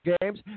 games